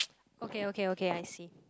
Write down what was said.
okay okay okay I see